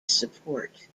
support